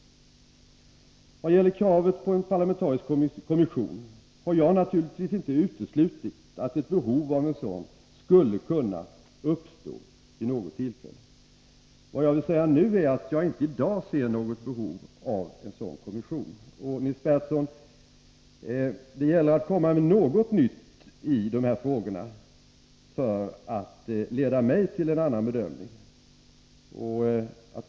När det gäller kravet på en parlamentarisk kommission har jag naturligtvis inte uteslutit att ett behov av en sådan skulle kunna uppstå vid något tillfälle, men jag ser i dag inte något behov av en sådan kommission. Det gäller, Nils Berndtson, att komma med något nytt i de här frågorna för att leda mig till en annan bedömning.